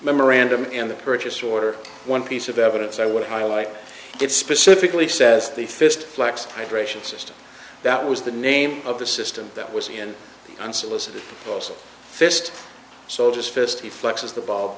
memorandum and the purchase order one piece of evidence i would highlight it specifically says the fist flex hydration system that was the name of the system that was in unsolicited also fist soldiers fist he flexes the ball